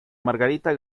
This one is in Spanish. margarita